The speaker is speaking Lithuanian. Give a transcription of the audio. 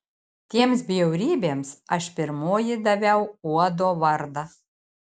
tiems bjaurybėms aš pirmoji daviau uodo vardą